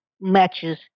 matches